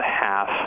half